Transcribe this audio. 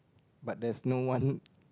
but there's no one